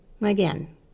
Again